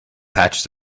patches